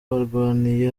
barwaniye